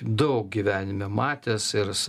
daug gyvenime matęs ir